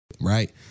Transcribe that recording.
right